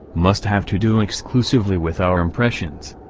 must have to do exclusively with our impressions.